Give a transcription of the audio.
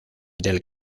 del